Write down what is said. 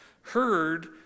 heard